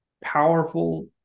powerful